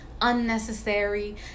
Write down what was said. unnecessary